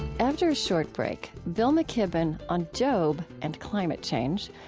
after a short break, bill mckibben on job and climate change.